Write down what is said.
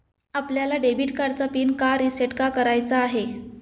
आपल्याला डेबिट कार्डचा पिन का रिसेट का करायचा आहे?